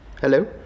hello